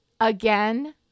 Again